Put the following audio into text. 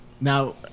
Now